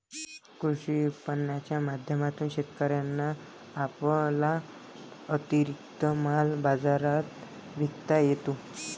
कृषी विपणनाच्या माध्यमातून शेतकऱ्यांना आपला अतिरिक्त माल बाजारात विकता येतो